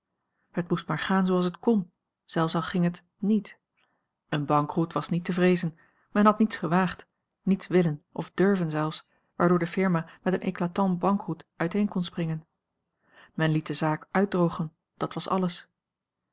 het moest maar gaan zooals het kn zelfs al ging het niet een bankroet was niet te vreezen men had niets gewaagd niets willen of durven zelfs waardoor de firma met een eclatant bankroet uiteen kon springen men liet de zaak uitdrogen dat was alles